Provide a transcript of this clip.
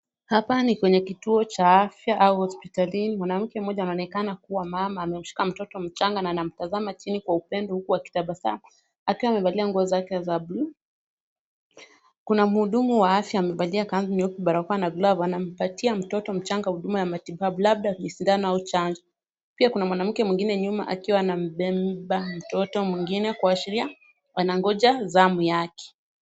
Hapa ni kwenye kituo cha afya au hospitalini, mwanamke mmoja anaonekana kuwa mama ameshika mtoto mchanga na anamtazama chini kwa upendo huku akitabasamu akiwa amevalia nguo zake za bluu. Kuna mhudumu wa afya amevalia kanzu nyeupe, barakoa na glavu anampatia mtoto mchanga huduma ya matibabu labda ni sindano au chanjo. Pia kuna mwanamke mwingine nyuma akiwa anambeba mtoto mwingine kuashiria wanangoja zamu yake.